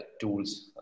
tools